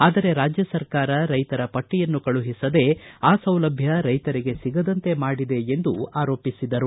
ಆದರೆ ರಾಜ್ಯ ಸರಕಾರ ರೈತರ ಪಟ್ಟಿಯನ್ನು ಕಳುಹಿಸದೆ ಆ ಸೌಲಭ್ಯ ರೈತರಿಗೆ ಸಿಗದಂತೆ ಮಾಡಿದೆ ಎಂದು ಆರೋಪಿಸಿದರು